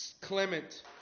Clement